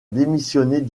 démissionner